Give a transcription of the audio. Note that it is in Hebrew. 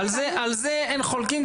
על זה אין חולקין.